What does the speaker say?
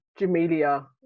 Jamelia